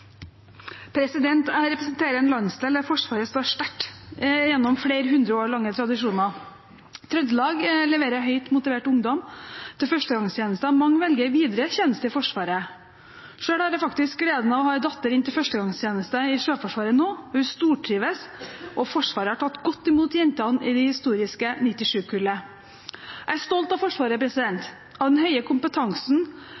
Jeg representerer en landsdel der Forsvaret står sterkt og har flere hundre år lange tradisjoner. Trøndelag leverer høyt motivert ungdom til førstegangstjenesten, og mange velger videre tjeneste i Forsvaret. Selv har jeg gleden av å ha en datter i førstegangstjeneste i Sjøforsvaret nå, og hun stortrives. Forsvaret har tatt godt imot jentene i det historiske 97-kullet. Jeg er stolt av Forsvaret,